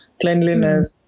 cleanliness